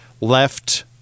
left